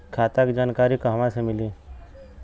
खाता के जानकारी कहवा से मिली?